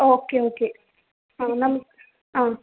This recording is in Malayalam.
ഓക്കെ ഓക്കെ ആ നമുക്ക് ആ